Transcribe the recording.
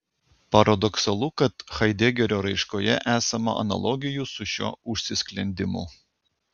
paradoksalu kad haidegerio raiškoje esama analogijų su šiuo užsisklendimu